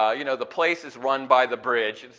ah you know the place is run by the bridge,